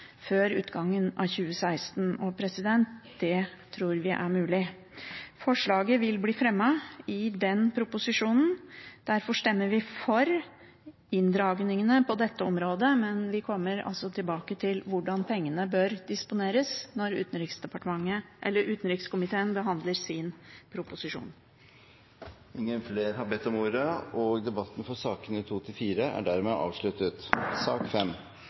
før utgangen av 2016». Og det tror vi er mulig. Forslaget vil bli fremmet i forbindelse med den proposisjonen. Derfor stemmer vi for inndragningene på dette området, men vi kommer tilbake til hvordan pengene bør disponeres, når utenrikskomiteen behandler sin proposisjon. Flere har ikke bedt om ordet til sakene